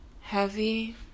heavy